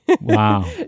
Wow